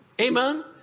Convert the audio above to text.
Amen